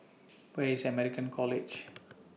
Where IS American College